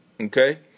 Okay